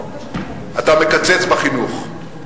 אתה מקצץ בחינוך.